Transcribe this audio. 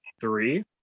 three